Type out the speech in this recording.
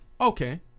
Okay